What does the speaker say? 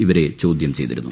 ഇവരെ ചോദ്യം ചെയ്തിരുന്നു